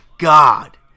God